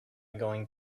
going